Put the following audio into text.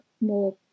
more